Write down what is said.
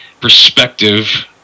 perspective